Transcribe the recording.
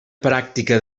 pràctica